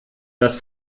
das